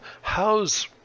How's